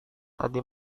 tadi